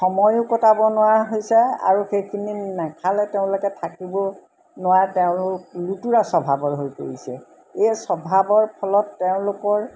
সময়ো কটাব নোৱাৰা হৈছে আৰু সেইখিনি নাখালে তেওঁলোকে থাকিব নোৱাৰা তেওঁলোক লুতুৰা স্বভাৱৰ হৈ পৰিছে এই স্বভাৱৰ ফলত তেওঁলোকৰ